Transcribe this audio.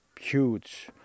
huge